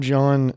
John –